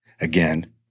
again